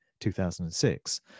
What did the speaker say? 2006